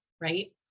right